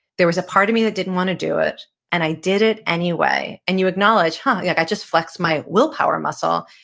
there was a part of me that didn't want to do it and i did it anyway. and you acknowledge, like i just flexed my willpower muscle.